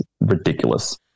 ridiculous